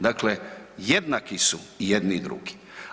Dakle, jednaki su jedni i drugi.